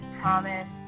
promise